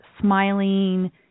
smiling